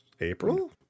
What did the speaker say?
April